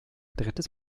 drittes